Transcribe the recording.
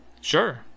Sure